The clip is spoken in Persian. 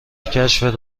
کشف